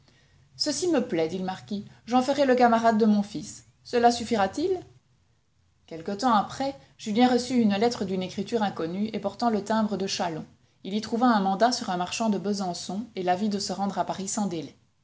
ceci me plaît dit le marquis j'en ferai le camarade de mon fils cela suffira-t-il quelque temps après julien reçut une lettre d'une écriture inconnue et portant le timbre de châlon il y trouva un mandat sur un marchand de besançon et l'avis de se rendre à paris sans délai